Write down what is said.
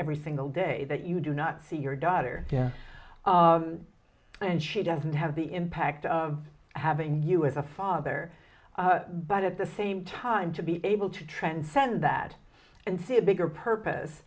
every single day that you do not see your daughter and she doesn't have the impact of having you as a father but at the same time to be able to transcend that and see a bigger purpose